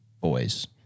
boys